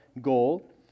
goal